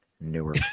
newer